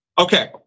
okay